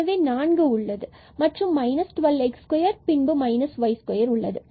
எனவே நான்கு உள்ளது மற்றும் மைனஸ் 12 x2 மற்றும் y2 இருக்கும்